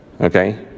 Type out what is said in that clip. okay